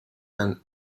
and